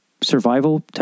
survival